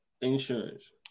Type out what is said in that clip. insurance